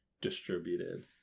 distributed